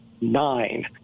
nine